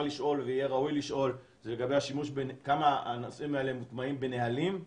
לשאול ויהיה ראוי לשאול זה לגבי כמה הנושאים האלה מוטמעים בנהלים,